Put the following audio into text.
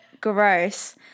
gross